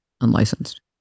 unlicensed